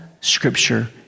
scripture